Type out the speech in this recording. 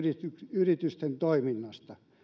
yritysten toiminnasta